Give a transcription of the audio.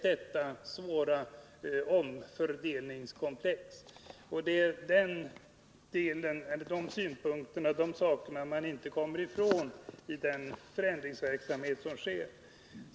Det är ett svårt komplex, där man inte kommer ifrån dessa synpunkter i den förändringsverksamhet som sker.